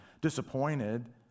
disappointed